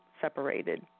separated